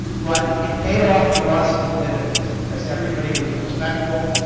but it paid off for us in dividends because everybody was respectful,